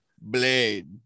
Blade